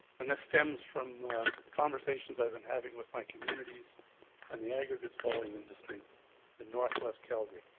and this stems from conversations i've been having with my communities and the aggregate hauling industry in northwest calgary.